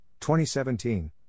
2017